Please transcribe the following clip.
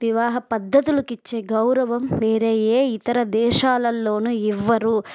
వివాహ పద్ధతులకిచ్చే గౌరవం వేరే ఏ ఇతర దేశాలల్లోనూ ఇవ్వరు